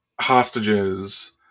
hostages